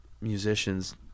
musicians